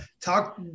talk